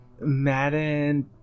Madden